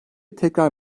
tekrar